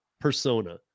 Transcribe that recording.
Persona